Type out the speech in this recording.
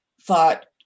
thought